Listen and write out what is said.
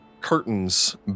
Curtains